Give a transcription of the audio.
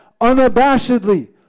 unabashedly